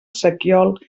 sequiol